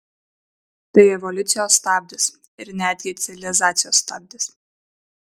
tai evoliucijos stabdis ir netgi civilizacijos stabdis